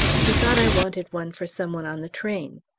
he thought i wanted one for some one on the train.